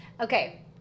Okay